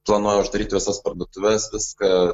planuoja uždaryt visas parduotuves viską